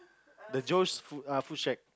the Joe's food err Foodshed